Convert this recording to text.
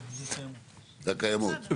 הקיימות.